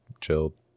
chilled